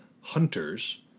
hunters